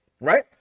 right